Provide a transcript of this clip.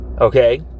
Okay